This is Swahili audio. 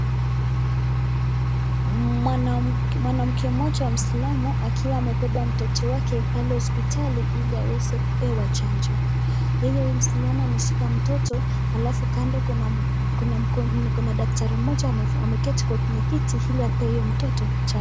Mwanamke mmoja muislamu akiwa amebeba mtoto wake pale hospitali ili aweze kupewa chanjo. Yeye muislamu ameshika mtoto alafu kando kuna daktari mmoja ameketi kwenye kiti ili ampee hiyo mtoto chanjo